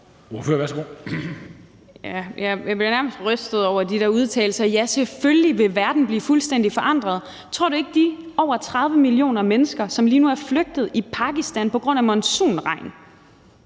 Jeg bliver nærmest rystet over de der udtalelser. Ja, selvfølgelig vil verden blive fuldstændig forandret. Tror du ikke, de over 30 millioner mennesker, som lige nu er flygtet i Pakistan på grund af monsunregn,